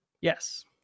Yes